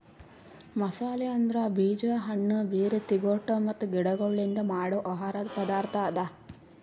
ಮಸಾಲೆ ಅಂದುರ್ ಬೀಜ, ಹಣ್ಣ, ಬೇರ್, ತಿಗೊಟ್ ಮತ್ತ ಗಿಡಗೊಳ್ಲಿಂದ್ ಮಾಡೋ ಆಹಾರದ್ ಪದಾರ್ಥ ಅದಾ